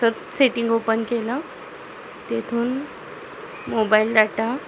setting open केलं तेथून mobile data